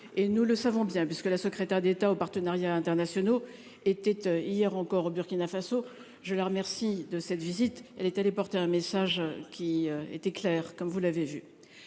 et nous le savons bien, parce que la secrétaire d'État aux partenariats internationaux étaient hier encore au Burkina Faso, je la remercie de cette visite elle est allée porter un message qui était clair, comme vous l'avez vu.